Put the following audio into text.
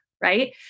right